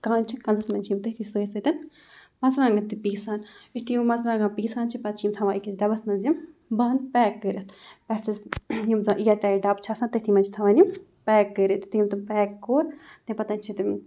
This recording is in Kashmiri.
کَنٛز چھِ کَنٛزَس منٛز چھِ یِم تٔتھۍ سۭتۍ سۭتۍ مَرژٕوانٛگَن تہِ پیٖسان یُتھُے یِم مَرژٕوانٛگَن پیٖسان چھِ پَتہٕ چھِ یِم تھاوان أکِس ڈَبَس منٛز یِم بَںٛد پیک کٔرِتھ پٮ۪ٹھٕ چھِس یِم زَن اِیَر ٹایِٹ ڈَبہٕ چھِ آسان تٔتھۍ منٛز چھِ تھاوان یِم پیک کٔرِتھ یُتھُے یِم تِم پیک کوٚر تَمہِ پَتَن چھِ تِم